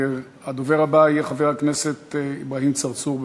הדובר הבא יהיה חבר הכנסת אברהים צרצור.